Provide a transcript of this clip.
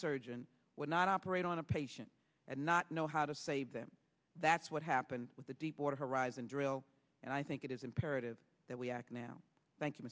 surgeon would not operate on a patient and not know how to save them that's what happened with the deepwater horizon drill and i think it is imperative that we act now thank you